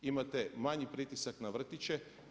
Imate manji pritisak na vrtiće.